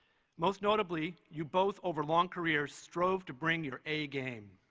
most notably, you both, over long careers, strove to bring your a game.